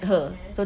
okay